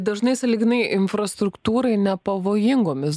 dažnai sąlyginai infrastruktūrai nepavojingomis